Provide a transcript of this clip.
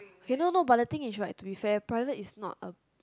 okay no no but the thing is right to be fair private is not ah